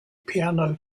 piano